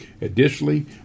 Additionally